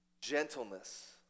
Gentleness